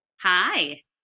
hi